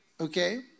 Okay